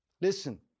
listen